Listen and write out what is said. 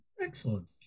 Excellent